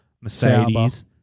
Mercedes